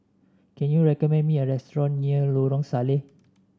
can you recommend me a restaurant near Lorong Salleh